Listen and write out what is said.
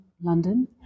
London